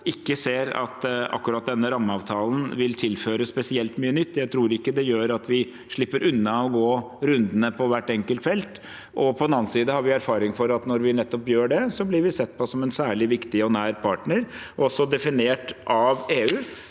ikke ser at akkurat denne rammeavtalen vil tilføre spesielt mye nytt. Jeg tror ikke det gjør at vi slipper unna å gå rundene på hvert enkelt felt, og på den annen side har vi erfaring for at når vi gjør nettopp det, blir vi sett på som en særlig viktig og nær partner. Vi er også definert av EU